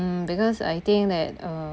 mm because I think that uh